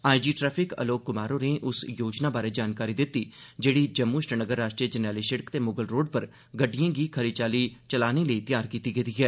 आई G traffic Alok Kumar होरें उस योजना बारै जानकारी दिती जेड़ी जम्मू श्रीनगर राष्ट्रीय जरनैली सिड़क ते मुगल रोड पर गड्डियें गी खरी चाल्ली चलाने लेई त्यार कीती गेदी ऐ